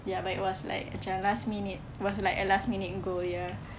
ya but it was like macam last minute was like a last minute goal ya